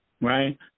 Right